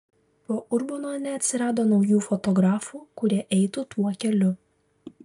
po urbono neatsirado naujų fotografų kurie eitų tuo keliu